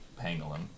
Pangolin